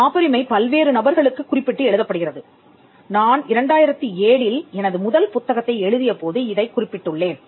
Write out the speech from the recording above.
காப்புரிமை பல்வேறு நபர்களுக்கு குறிப்பிட்டு எழுதப்படுகிறது நான் 2007 இல் எனது முதல் புத்தகத்தை எழுதிய போது இதைக் குறிப்பிட்டுள்ளேன்